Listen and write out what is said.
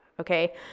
okay